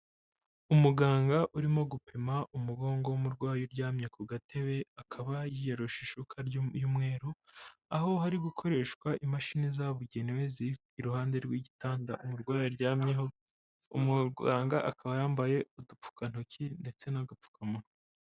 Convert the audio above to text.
Umuganga urimo gupima umugongo w'umurwayi uryamye ku gatebe, akaba yiyorosha ishuka y'umweru, aho hari gukoreshwa imashini zabugenewe ziri iruhande rw'igitanda umurwayi aryamyeho, umuganga akaba yambaye udupfukantoki ndetse n'agapfukamuwa.